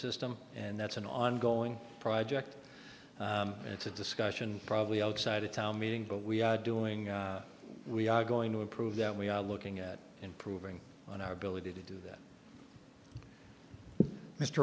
system and that's an ongoing project and it's a discussion probably outside a town meeting but we are doing we are going to improve that we are looking at improving on our ability to do that mr